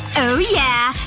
oh, yeah!